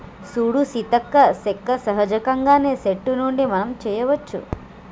సూడు సీతక్క సెక్క సహజంగానే సెట్టు నుండి మనం తీయ్యవచ్చు